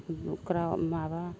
नग्रा माबा